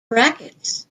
brackets